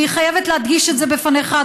אני חייבת להדגיש את זה בפניך,